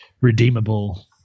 redeemable